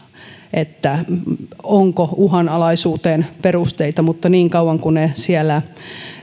onko uhanalaisuuteen perusteita mutta niin kauan kuin ne siellä